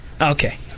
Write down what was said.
Okay